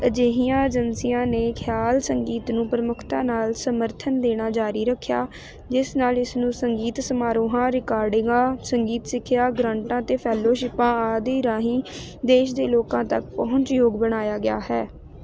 ਅਜਿਹੀਆਂ ਏਜੰਸੀਆਂ ਨੇ ਖ਼ਿਆਲ ਸੰਗੀਤ ਨੂੰ ਪ੍ਰਮੁੱਖਤਾ ਨਾਲ ਸਮਰਥਨ ਦੇਣਾ ਜਾਰੀ ਰੱਖਿਆ ਜਿਸ ਨਾਲ ਇਸ ਨੂੰ ਸੰਗੀਤ ਸਮਾਰੋਹਾਂ ਰਿਕਾਰਡਿੰਗਾਂ ਸੰਗੀਤ ਸਿੱਖਿਆ ਗ੍ਰਾਂਟਾਂ ਅਤੇ ਫੈਲੋਸ਼ਿਪਾਂ ਆਦਿ ਰਾਹੀਂ ਦੇਸ਼ ਦੇ ਲੋਕਾਂ ਤੱਕ ਪਹੁੰਚਯੋਗ ਬਣਾਇਆ ਗਿਆ ਹੈ